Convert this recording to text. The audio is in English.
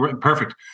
Perfect